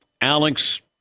Alex